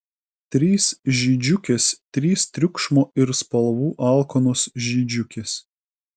trys žydžiukės trys triukšmo ir spalvų alkanos žydžiukės